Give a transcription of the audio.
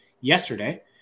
yesterday